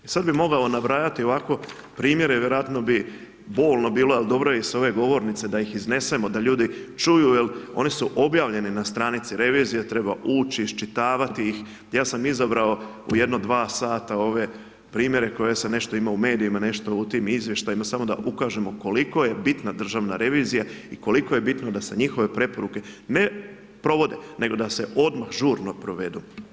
Sada bi mogao nabrajati ovako primjere, vjerojatno bi bolno bilo, ali dobro je s ove govornice, da ih iznesemo, da ljudi čuju, jer oni su obavljeni na stranici revizije, treba ući, iščitavati ih, ja sam izabrao u jedno dva sata ove primjere koje sam nešto imao u medijima, nešto u tim izvješćima, samo da ukažemo koliko je bitna Državna revizija i koliko je bitno da se njihove preporuke ne provode, nego da se odmah, žurno provedu.